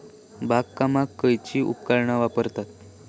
बागकामाक खयची उपकरणा वापरतत?